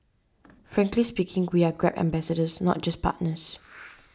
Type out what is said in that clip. frankly speaking we are Grab ambassadors not just partners